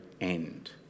end